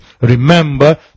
Remember